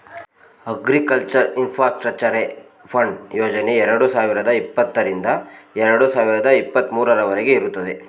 agriculture ಇನ್ಫಾಸ್ಟ್ರಕ್ಚರೆ fund ಯೋಜನೆ ಎರಡು ಸಾವಿರದ ಇಪ್ಪತ್ತರಿಂದ ಎರಡು ಸಾವಿರದ ಇಪ್ಪತ್ತ ಮೂರವರಗೆ ಇರುತ್ತದೆ